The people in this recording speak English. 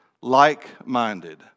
like-minded